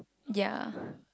ya